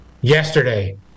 yesterday